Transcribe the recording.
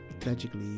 tragically